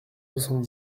soixante